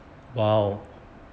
!wow!